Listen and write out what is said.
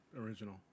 original